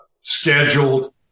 Scheduled